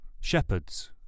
shepherds